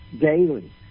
daily